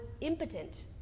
impotent